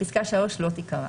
פסקה (3) לא תיקרא.